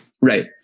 Right